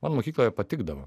man mokykloje patikdavo